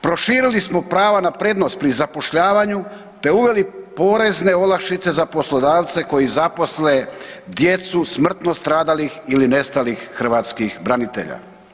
Proširili smo prava na prednost pri zapošljavanju, te uveli porezne olakšice za poslodavce koji zaposle djecu smrtno stradalih ili nestalih hrvatskih branitelja.